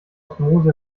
osmose